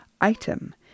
item